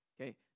okay